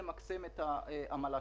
בוקר טוב ליושב-ראש הוועדה, למשה ולמיכל.